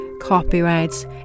copyrights